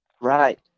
right